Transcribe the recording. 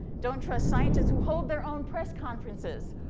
don't trust scientists who hold their own press conferences.